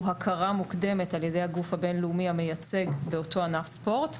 הכרה מוקדמת על ידי הגוף הבין-לאומי המייצג באותו ענף ספורט.